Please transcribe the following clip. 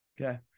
Okay